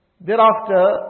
Thereafter